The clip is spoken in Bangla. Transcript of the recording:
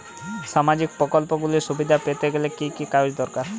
সামাজীক প্রকল্পগুলি সুবিধা পেতে গেলে কি কি কাগজ দরকার?